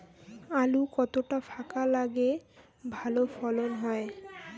আলু কতটা ফাঁকা লাগে ভালো ফলন হয়?